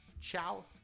Ciao